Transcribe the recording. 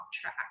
track